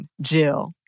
Jill